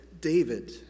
David